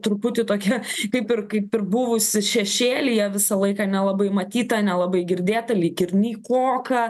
truputį tokia kaip ir kaip ir buvusi šešėlyje visą laiką nelabai matyta nelabai girdėta lyg ir nykoka